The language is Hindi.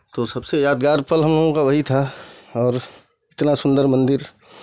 तो सबसे यादगार पल हमलोगों का वही था और इतना सुन्दर मन्दिर